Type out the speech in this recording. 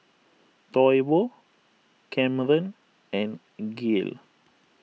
Toivo Camren and Gael